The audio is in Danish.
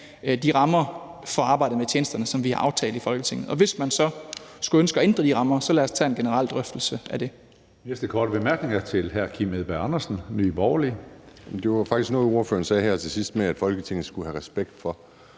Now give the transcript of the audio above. de rammer for arbejdet med tjenesterne, som vi har aftalt i Folketinget, og hvis man så skulle ønske at ændre de rammer, så lad os tage en generel drøftelse af det. Kl. 17:03 Tredje næstformand (Karsten Hønge): Den næste korte bemærkning er til hr. Kim Edberg Andersen, Nye Borgerlige. Kl. 17:03 Kim Edberg Andersen (NB): Ordføreren sagde her til sidst, at Folketinget skulle have respekt.